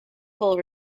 full